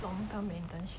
long term internship